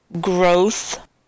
growth